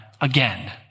again